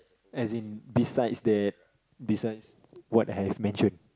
as in besides that besides what I have mention